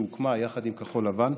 שהוקמה יחד עם כחול לבן.